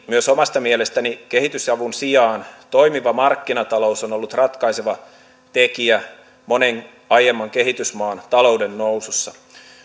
myös omasta mielestäni kehitysavun sijaan toimiva markkinatalous on ollut ratkaiseva tekijä monen aiemman kehitysmaan talouden nousussa